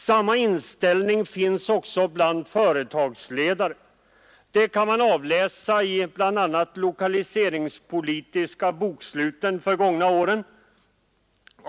Samma inställning finns också bland företagsledare — det kan man utläsa bl.a. ur de lokaliseringspolitiska boksluten för de gångna åren.